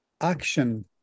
action